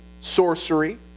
sorcery